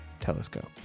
telescope